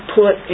put